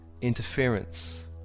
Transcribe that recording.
interference